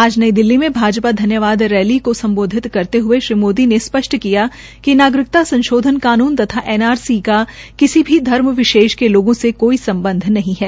आज नई दिल्ली में भाजपा धन्यावाद रैली को सम्बोधित करते हये श्री मोदी ने स्पष्ट कियाकि नागरिकता संशोधन कानून तथा एनआरसी का किसी भी धर्म विशेष के लोगों से कोई सम्बध नहीं है